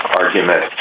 argument